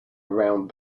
around